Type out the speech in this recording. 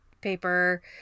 paper